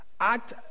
act